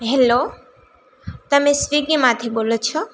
hello તમે સ્વિગીમાંથી બોલો છો